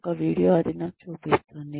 ఒక వీడియో అది నాకు చూపిస్తుంది